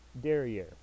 derriere